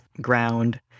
ground